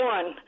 One